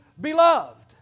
beloved